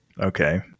Okay